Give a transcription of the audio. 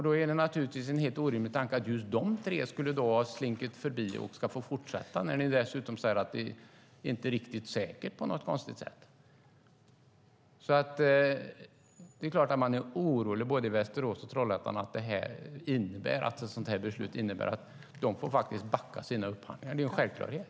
Då är det en helt orimlig tanke att just de tre skulle ha slunkit förbi och ska få fortsätta, när ni dessutom säger att det inte är riktigt säkert på något konstigt sätt. Det är klart att man är orolig både i Västerås och i Trollhättan för att ett sådant här beslut innebär att de får backa sina upphandlingar. Det är en självklarhet.